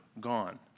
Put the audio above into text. gone